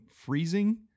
freezing